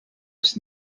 els